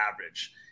average